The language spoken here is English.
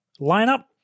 lineup